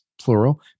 plural